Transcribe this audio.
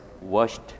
washed